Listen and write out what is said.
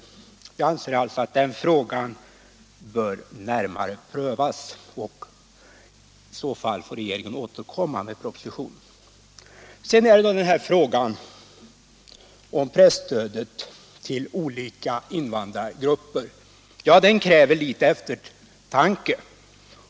Jag anser alltså att den frågan bör närmare prövas. Först därefter får regeringen återkomma med proposition. Sedan gäller det frågan om presstödet till olika invandrargrupper. Den kräver litet eftertanke.